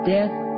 Death